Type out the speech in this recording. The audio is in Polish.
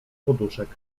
poduszek